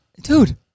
dude